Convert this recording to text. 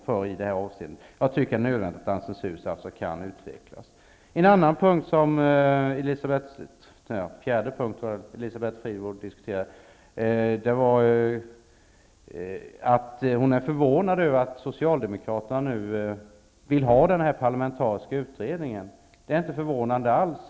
Jag tycker att det är nödvändigt att Dansens hus kan utvecklas. En ytterligare punkt som Elisabeth Fleetwood tar upp är att hon är förvånad över att Socialdemokraterna nu vill ha en parlamentarisk utredning. Det är inte alls förvånande.